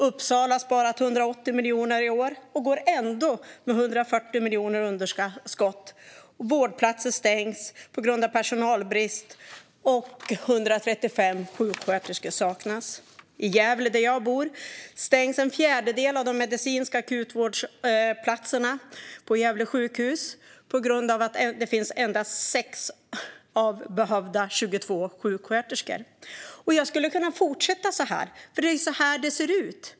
Uppsala har sparat 180 miljoner i år men går ändå med 140 miljoner i underskott. Vårdplatser stängs på grund av personalbrist, och 135 sjuksköterskor saknas. I Gävle, där jag bor, stängs en fjärdedel av de medicinska akutvårdsplatserna på Gävle sjukhus på grund av att det endast finns sex sjuksköterskor när det skulle behövas 22 stycken. Jag skulle kunna fortsätta så här, för det är så här det ser ut.